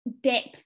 depth